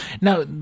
Now